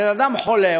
הבן-אדם חולה,